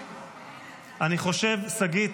שגית,